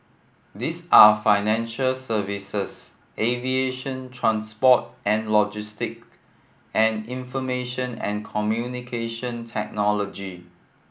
these are financial services aviation transport and logistic and information and Communication Technology